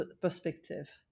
perspective